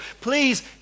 please